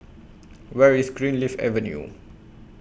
Where IS Greenleaf Avenue